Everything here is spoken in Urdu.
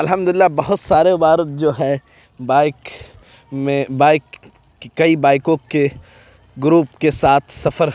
الحمد اللہ بہت سار وبار جو ہے بائک میں بائک کئی بائکوں کے گروپ کے ساتھ سفر